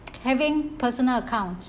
having personal accounts